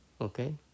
Okay